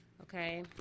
okay